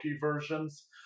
versions